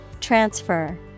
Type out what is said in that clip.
Transfer